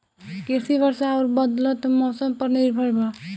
कृषि वर्षा आउर बदलत मौसम पर निर्भर बा